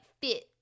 fit